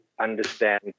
Understand